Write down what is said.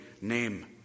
name